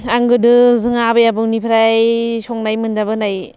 आं गोदो जोंहा आबै आबौनिफ्राय संनाय मोनजाबोनाय